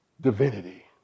Divinity